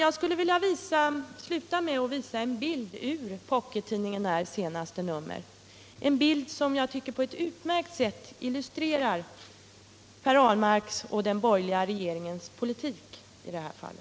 Jag skulle vilja sluta med att på kammarens TV-skärm visa en bild ur Pockettidningen R:s senaste nummer, en bild som jag tycker på ett utmärkt sätt illustrerar Per Ahlmarks och den borgerliga regeringens politik på detta område.